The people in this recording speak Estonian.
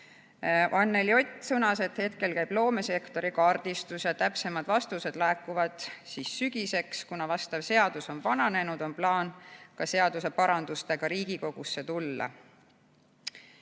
Anneli Ott sõnas, et hetkel käib loomesektori kaardistus ja täpsemad vastused laekuvad sügiseks. Kuna vastav seadus on vananenud, on plaan ka seaduseparandustega Riigikogusse tulla.